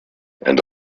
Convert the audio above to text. and